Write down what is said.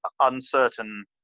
uncertain